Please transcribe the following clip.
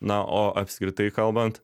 na o apskritai kalbant